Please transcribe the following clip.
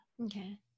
Okay